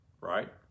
right